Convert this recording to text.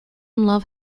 love